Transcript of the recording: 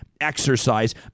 exercise